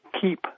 keep